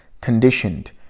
conditioned